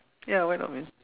ya why not man